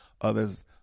others